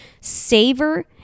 savor